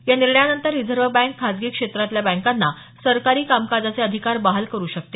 या निर्णयानंतर reserve bank खासगी क्षेत्रातल्या बँकांना सरकारी कामकाजाचे अधिकार बहाल करु शकते